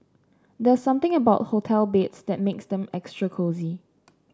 there's something about hotel beds that makes them extra cosy